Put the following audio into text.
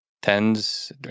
Tens